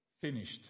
finished